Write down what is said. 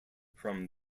from